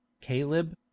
Caleb